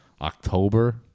October